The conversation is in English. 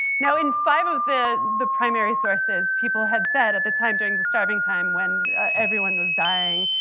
now in five of the the primary sources, people had said at the time during the starving time, when everyone was dying,